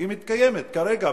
מתקיימת כרגע,